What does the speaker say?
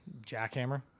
Jackhammer